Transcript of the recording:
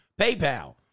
paypal